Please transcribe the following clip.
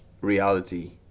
reality